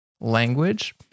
language